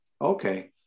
okay